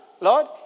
Lord